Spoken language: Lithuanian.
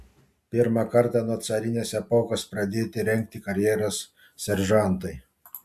pirmą kartą nuo carinės epochos pradėti rengti karjeros seržantai